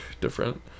different